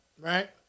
Right